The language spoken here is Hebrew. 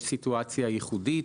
יש סיטואציה ייחודית,